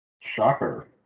Shocker